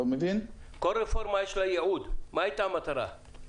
לכל רפורמה יש ייעוד, מה הייתה המטרה?